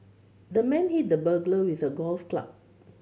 the man hit the burglar with a golf club